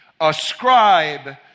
Ascribe